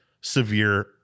severe